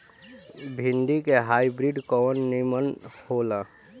भिन्डी के हाइब्रिड कवन नीमन हो ला?